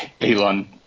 Elon